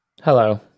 Hello